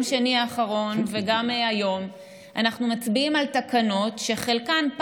שני האחרון וגם היום אנחנו מצביעים על תקנות שחלקן,